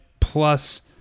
plus